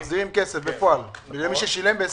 מחזירים כסף בפועל למי שמשלם ב-2020,